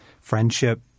friendship